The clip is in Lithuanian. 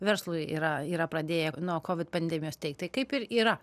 verslui yra yra pradėję nuo covid pandemijos teikt tai kaip ir yra